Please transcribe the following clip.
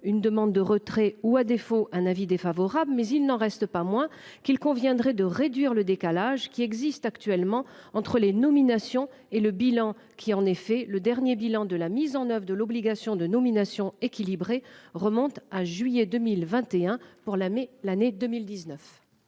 une demande de retrait ou à défaut un avis défavorable mais il n'en reste pas moins qu'il conviendrait de réduire le décalage qui existe actuellement entre les nominations et le bilan qui, en effet, le dernier bilan de la mise en oeuvre de l'obligation de nominations équilibrées remonte à juillet 2021, pour la. Mais l'année 2019.